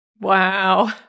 Wow